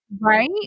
Right